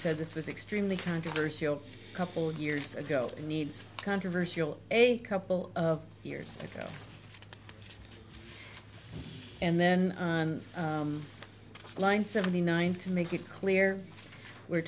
said this was extremely controversial couple years ago and needs controversial a couple of years ago and then on line seventy nine to make it clear we're